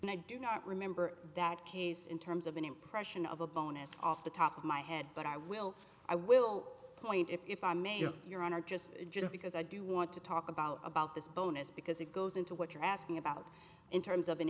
and i do not remember that case in terms of an impression of a bonus off the top of my head but i will i will point if i may or your honor just just because i do want to talk about about this bonus because it goes into what you're asking about in terms of an